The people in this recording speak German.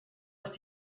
ist